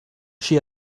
she